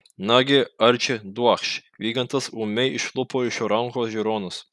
nagi arči duokš vygandas ūmai išlupo iš jo rankos žiūronus